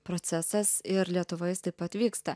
procesas ir lietuvoj jis taip pat vyksta